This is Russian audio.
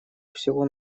всего